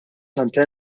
santa